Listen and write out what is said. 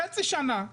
חצי שנה אחרי,